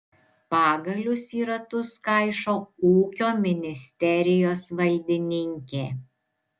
pagalius į ratus kaišo ūkio ministerijos valdininkė